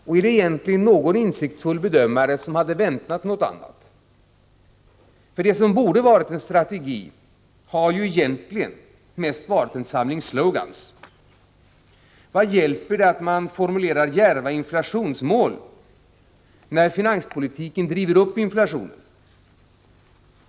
Finns det egentligen någon insiktsfull bedömare som hade väntat något annat? Det som borde ha varit en strategi har i verkligheten mest varit en samling slogan. Vad hjälper det att man formulerar djärva inflationsmål, när finanspolitiken driver upp inflationen?